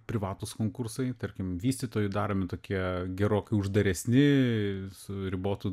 privatūs konkursai tarkim vystytojų daromi tokie gerokai uždaresni su ribotu